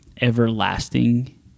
everlasting